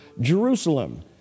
Jerusalem